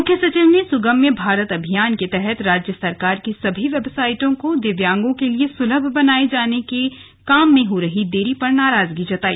मुख्य सचिव ने सुगम्य भारत अभियान के तहत राज्य सरकार की सभी वेबसाइटों को दिव्यांगों के लिए सुलभ बनाए जाने के काम में हो रही देरी पर नाराजगी जताई